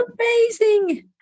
amazing